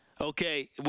Okay